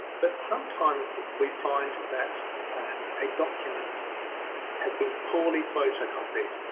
but sometimes we find that and a document has been poorly photocopied,